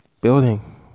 building